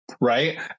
Right